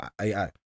AI